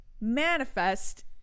manifest